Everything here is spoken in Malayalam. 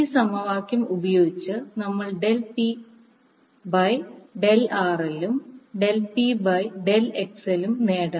ഈ സമവാക്യം ഉപയോഗിച്ച് നമ്മൾ del P by del RL ഉം del P by del XL നേടണം